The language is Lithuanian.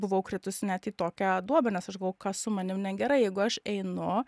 buvau kritus net į tokią duobę nes aš galvojau kas su manim negerai jeigu aš einu